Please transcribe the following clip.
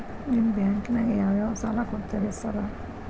ನಿಮ್ಮ ಬ್ಯಾಂಕಿನಾಗ ಯಾವ್ಯಾವ ಸಾಲ ಕೊಡ್ತೇರಿ ಸಾರ್?